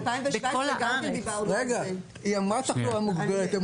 היא אמרה תחלואה מוגברת,